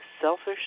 selfish